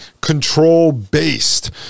control-based